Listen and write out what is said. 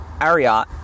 Ariat